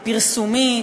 הפרסומית,